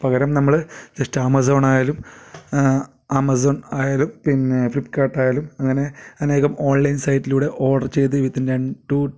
പകരം നമ്മൾ just Amazon ആയാലും ആമസോൺ ആയാലും പിന്നെ ഫ്ലിപ്പ്കാർട്ടായാലും അങ്ങനെ അനേകം ഓൺലൈൻ സൈറ്റിലൂടെ ഓർഡർ ചെയ്തു വിത്തിൻ രൻ ടു